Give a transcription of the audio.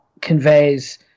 conveys